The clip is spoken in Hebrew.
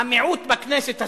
המיעוט בכנסת הזאת,